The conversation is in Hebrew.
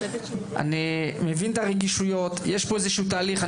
אני מבין את הרגישויות, יש פה איזשהו תהליך,